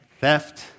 Theft